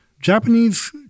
Japanese